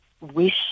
wish